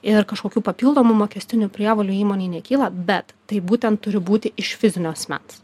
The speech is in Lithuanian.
ir kažkokių papildomų mokestinių prievolių įmonei nekyla bet taip būtent turi būti iš fizinio asmens